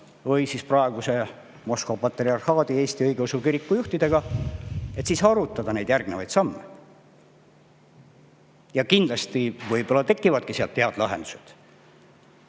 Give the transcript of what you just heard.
või siis praeguse Moskva Patriarhaadi Eesti Õigeusu Kiriku juhtidega, et arutada järgnevaid samme. Kindlasti, võib-olla tekivadki sealt head lahendused,